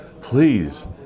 please